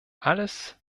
alles